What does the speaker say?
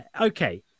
Okay